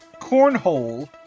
cornhole